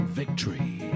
victory